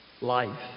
life